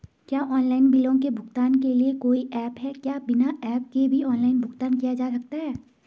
क्या ऑनलाइन बिलों के भुगतान के लिए कोई ऐप है क्या बिना ऐप के भी ऑनलाइन भुगतान किया जा सकता है?